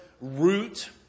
root